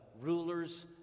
rulers